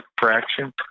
fraction